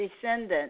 descendant